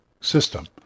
system